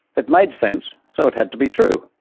it made sense, so it had to be true.